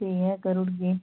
इ'यां करी उड़गे